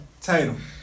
Tatum